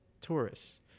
tourists